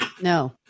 No